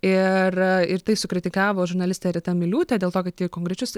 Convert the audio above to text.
ir ir tai sukritikavo žurnalistė rita miliūtė dėl to kad konkrečius